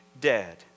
dead